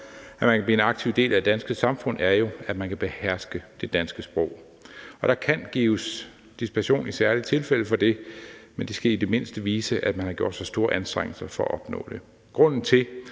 at man kan blive en aktiv del af det danske samfund, er jo, at man kan beherske det danske sprog. Og der kan gives dispensation i særlige tilfælde for det, men det skal i det mindste vise, at man har gjort sig store anstrengelser for at opnå det. Grunden til,